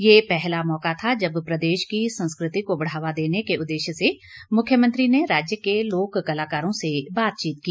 ये पहला मौका था जब प्रदेश की संस्कृति को बढ़ावा देने के उद्देश्य से मुख्यमंत्री ने राज्य क लोक कलाकरों से बातचीत की